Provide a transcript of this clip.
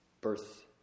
birth